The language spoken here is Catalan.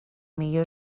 millor